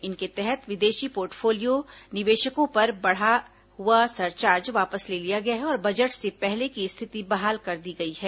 इनके तहत विदेशी पोर्टफोलियो निवेशकों पर बढ़ा हुआ सरचार्ज वापस ले लिया गया है और बजट से पहले की स्थिति बहाल कर दी गई है